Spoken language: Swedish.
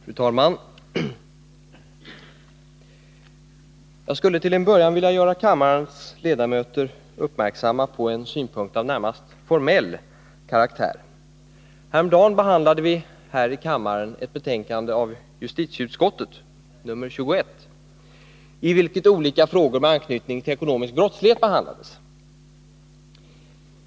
Fru talman! Jag skulle till en början vilja göra kammarens ledamöter uppmärksamma på en synpunkt av närmast formell karaktär. Häromdagen diskuterade vi här i kammaren ett betänkande från justitieutskottet, nr 21, i vilket olika frågor med anknytning till ekonomisk brottslighet behandlades.